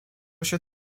się